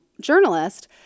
journalist